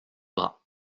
bras